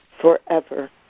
forever